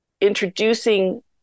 introducing